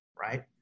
right